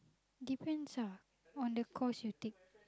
depends ah on the course you take